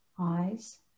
eyes